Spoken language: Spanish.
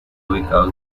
ubicados